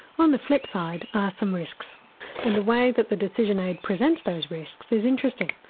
on the flip side are some risks and the way that the decision aid presents those risks is interesting.